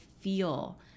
feel